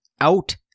out